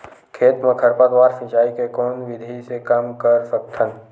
खेत म खरपतवार सिंचाई के कोन विधि से कम कर सकथन?